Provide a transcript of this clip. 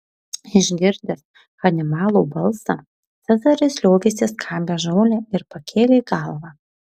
išgirdęs hanibalo balsą cezaris liovėsi skabęs žolę ir pakėlė galvą